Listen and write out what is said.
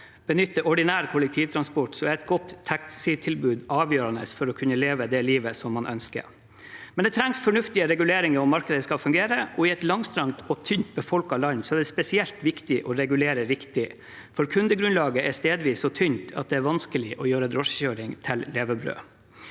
benytte ordinær kollektivtransport, er et godt taxitilbud avgjørende for å kunne leve det livet man ønsker. Samtidig trengs det fornuftige reguleringer om markedet skal fungere, og i et langstrakt og tynt befolket land er det spesielt viktig å regulere riktig, for kundegrunnlaget er stedvis så tynt at det er vanskelig å gjøre drosjekjøring til levebrød.